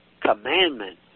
commandment